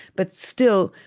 but still,